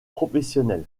professionnel